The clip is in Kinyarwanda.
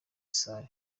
salle